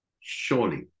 Surely